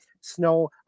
snow